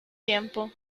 tiempo